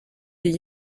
est